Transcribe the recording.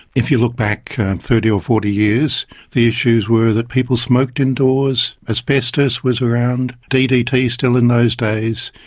if you look back thirty or forty years the issues were that people smoked indoors, asbestos was around, ddt still in those days,